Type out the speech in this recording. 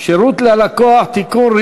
(שירות ללקוח) (תיקון,